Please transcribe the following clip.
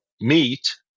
meat